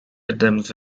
attempts